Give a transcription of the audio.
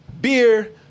beer